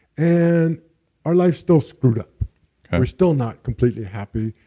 and our life's still screwed up we're still not completely happy.